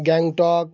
Gangtok